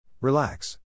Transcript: Relax